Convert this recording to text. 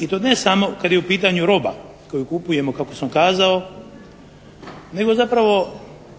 i to ne samo kada je u pitanju roba koju kupujemo kako sam kazao, nego zapravo